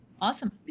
Awesome